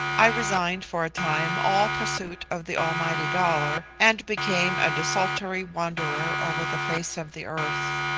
i resigned, for a time, all pursuit of the almighty dollar, and became a desultory wanderer over the face of the earth.